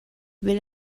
will